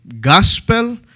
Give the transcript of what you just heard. gospel